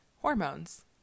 hormones